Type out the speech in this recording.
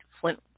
Flint